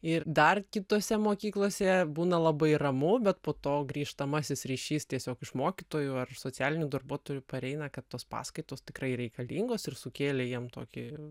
ir dar kitose mokyklose būna labai ramu bet po to grįžtamasis ryšys tiesiog iš mokytojų ar socialinių darbuotojų pareina kad tos paskaitos tikrai reikalingos ir sukėlė jiem tokį